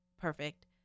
Perfect